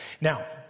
Now